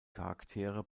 charaktere